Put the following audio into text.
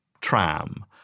tram